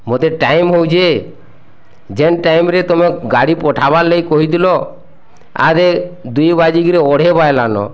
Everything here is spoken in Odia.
ମୋତେ ଟାଇମ୍ ହେଉଛି ହେ ଯେନ୍ ଟାଇମ୍ରେ ତମେ ଗାଡ଼ି ପଠାବାର୍ ଲାଗି କହିଥିଲ ଆରେ ଦୁଇ ବାଜିକିରି ଅଢ଼େଇ ବାଜିଲା ନ